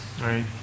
right